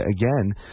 Again